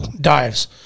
dives